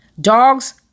dogs